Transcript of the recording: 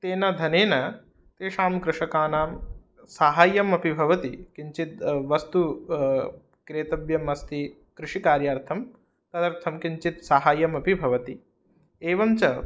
तेन धनेन तेषां कृषकानां साहाय्यमपि भवति किञ्चित् वस्तुः क्रेतव्यम् अस्ति कृषिकार्यार्थं तदर्थं किञ्चित् साहाय्यमपि भवति एवं च